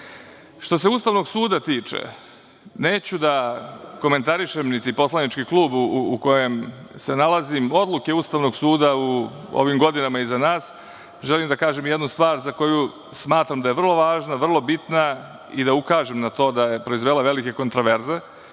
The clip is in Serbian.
se Ustavnog suda tiče, neću da komentarišem niti poslanički klub u kojem se nalazim, odluke Ustavnog suda u ovim godinama iza nas, želim da kažem jednu stvar za koju smatram da je vrlo važna, vrlo bitna, i da ukažem na to da je proizvela velike kontraverze.